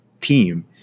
team